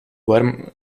warm